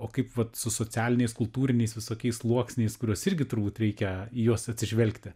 o kaip vat su socialiniais kultūriniais visokiais sluoksniais kuriuos irgi turbūt reikia į juos atsižvelgti